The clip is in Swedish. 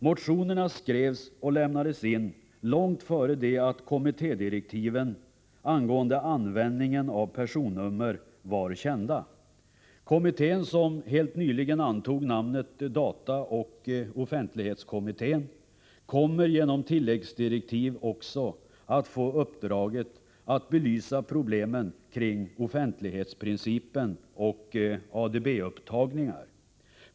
Motionerna skrevs och lämnades in långt före det att kommittédirektiven angående användningen av personnummer var kända. Kommittén, som helt nyligen antog namnet dataoch offentlighetskommittén, kommer genom tilläggsdirektiv också att få uppdraget att belysa problemen kring offentlighetsprincipen och ADB-upptagningar.